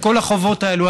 את כל החובות האלו.